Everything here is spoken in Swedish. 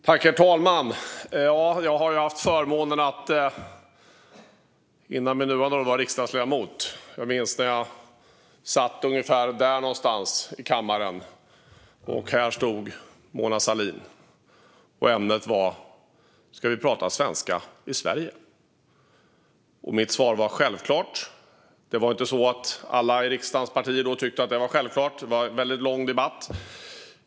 Herr talman! Jag har ju haft förmånen att före min nuvarande roll ha varit riksdagsledamot. Jag minns när jag satt ute i kammaren och Mona Sahlin stod här i talarstolen. Ämnet var: Ska vi prata svenska i Sverige? Mitt svar var: Självklart! Det var dock inte så att alla riksdagens partier då tyckte att det var självklart, utan det blev en väldigt lång debatt.